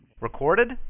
Recorded